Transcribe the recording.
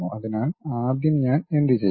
അതിനാൽ ആദ്യം ഞാൻ എന്തുചെയ്യും